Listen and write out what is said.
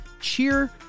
cheer